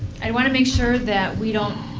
i want to make sure that we don't